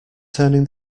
turning